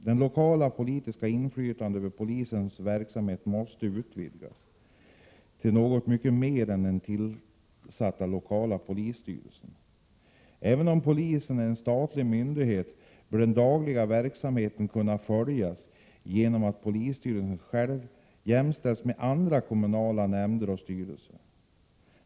Det lokala politiska inflytandet över polisens verksamhet måste utvidgas till något mycket mer än den tillsatta lokala polisstyrelsen. Även om polisen är en statlig myndighet bör den dagliga verksamheten kunna följas genom att polisstyrelsen jämställs med andra kommunala nämnder och styrelser.